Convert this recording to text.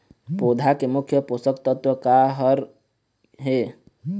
पौधा के मुख्य पोषकतत्व का हर हे?